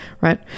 right